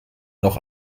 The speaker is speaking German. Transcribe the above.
noch